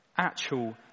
actual